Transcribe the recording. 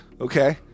okay